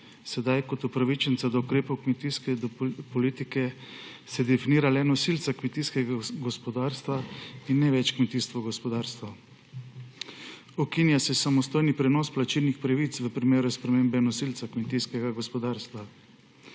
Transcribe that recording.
Sedaj se kot upravičenca do ukrepov kmetijske politike definira le nosilca kmetijskega gospodarstva in ne več kmetijsko gospodarstvo. Ukinja se samostojni prenos plačilnih pravic v primeru spremembe nosilca kmetijskega gospodarstva.